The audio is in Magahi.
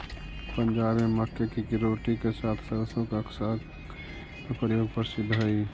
पंजाब में मक्के की रोटी के साथ सरसों का साग का प्रयोग प्रसिद्ध हई